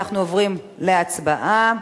אנחנו עוברים להצבעה.